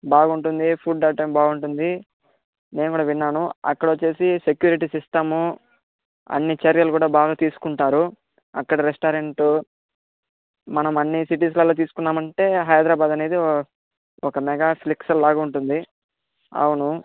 బాగుంటుంది food item బాగుంటుంది నేను కూడా విన్నాను అక్కడ వచ్చేసి సెక్యూరిటీ సిస్టమ్ అన్ని చర్యలు కూడా బాగా తీసుకుంటారు అక్కడ రెస్టారెంట్ మనం అన్ని సిటీస్లల్లో తీసుకున్నామంటే హైదరాబాద్ అనేది ఒక మెగా లాగా ఉంటుంది అవును